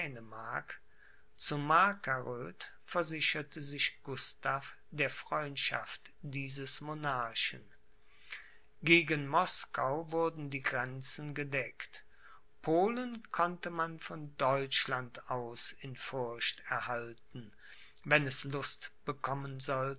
dänemark zu markaröd versicherte sich gustav der freundschaft dieses monarchen gegen moskau wurden die grenzen gedeckt polen konnte man von deutschland aus in furcht erhalten wenn es lust bekommen sollte